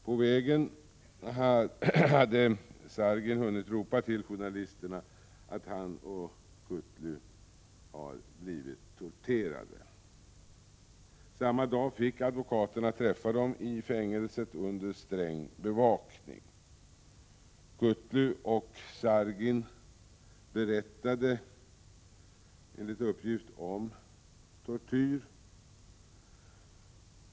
På vägen hade Sargin hunnit ropa till journalisterna att han och Kutlu har blivit torterade. Samma dag fick advokaterna träffa dem i fängelset under sträng bevakning. Enligt uppgift berättade Katlu och Sargin om att de hade utsatts för tortyr.